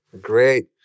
Great